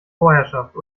vorherschaft